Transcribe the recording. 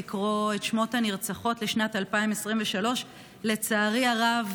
לקרוא את שמות הנרצחות לשנת 2023. לצערי הרב,